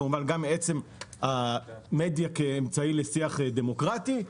עצם המדיה כאמצעי לשיח דמוקרטי,